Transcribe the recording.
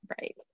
Right